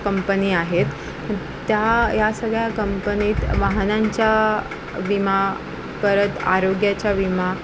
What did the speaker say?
company आहेत त्या या सगळ्या कंपनीत वाहनांच्या विमा परत आरोग्याच्या विमा